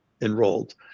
enrolled